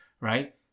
right